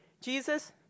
Jesus